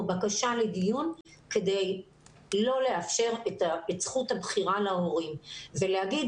בקשה לדיון כדי לא לאפשר את זכות הבחירה להורים ולהגיד